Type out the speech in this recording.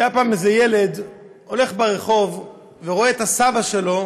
פעם איזה ילד הולך ברחוב ורואה את הסבא שלו